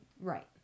Right